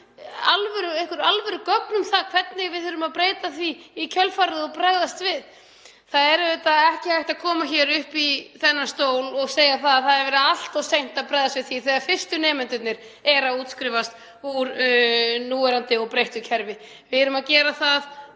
einhver alvörugögn um það hvernig við þurfum að breyta því í kjölfarið og bregðast við. Það er auðvitað ekki hægt að koma hér upp í þennan stól og segja að allt of seint hafi verið brugðist við þegar fyrstu nemendurnir eru að útskrifast úr núverandi og breyttu kerfi. Við erum að gera það